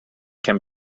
can